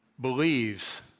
believes